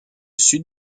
sud